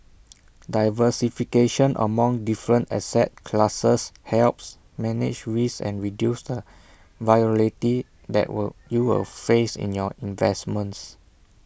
diversification among different asset classes helps manage risk and reduce the volatility that will you will face in your investments